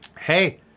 Hey